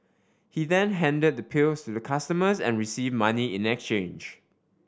he then handed the pills the customers and receive money in exchange